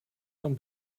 von